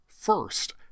first